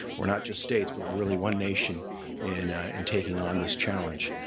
we're not just states but we're really one nation in in taking on this challenge.